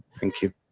thank you.